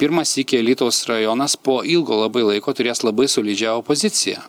pirmą sykį alytaus rajonas po ilgo labai laiko turės labai solidžią opoziciją